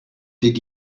did